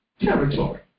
territory